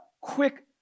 quick